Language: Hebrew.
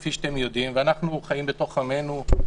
כפי שאתם יודעים, ואנחנו חיים בתוך עמנו.